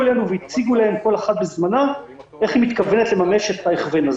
אלינו והציגו כל אחת בזמנה איך היא מתכוונת לממש את ההכוון הזה.